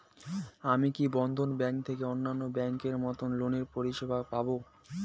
আমি কি বন্ধন ব্যাংক থেকে অন্যান্য ব্যাংক এর মতন লোনের পরিসেবা পাব?